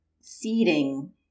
seeding